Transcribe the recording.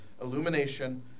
illumination